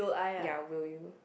ya will you